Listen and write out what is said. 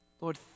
Lord